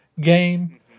game